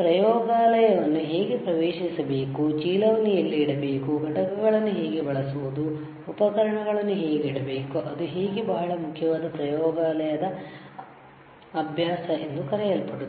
ಪ್ರಯೋಗಾಲಯವನ್ನು ಹೇಗೆ ಪ್ರವೇಶಿಸಬೇಕು ಚೀಲವನ್ನು ಎಲ್ಲಿ ಇಡಬೇಕು ಘಟಕಗಳನ್ನುಹೇಗೆ ಬಳಸುವುದು ಉಪಕರಣಗಳನ್ನು ಹೇಗೆ ಇಡಬೇಕು ಅದು ಹೇಗೆ ಬಹಳ ಮುಖ್ಯವಾದ ಪ್ರಯೋಗಾಲಯದ ಅಭ್ಯಾಸಗಳು ಎಂದು ಕರೆಯಲ್ಪಡುತ್ತದೆ